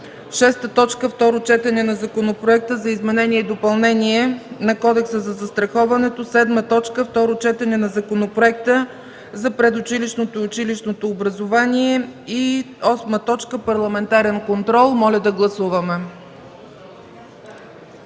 закон. 6.Второ четене на законопроекта за изменение и допълнение на Кодекса за застраховането. 7. Второ четене на законопроекта за предучилищното и училищното образование. 8. Парламентарен контрол.” Моля да гласуваме.